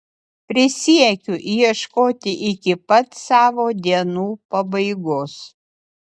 prisiekiu ieškoti iki pat savo dienų pabaigos